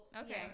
Okay